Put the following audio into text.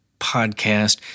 podcast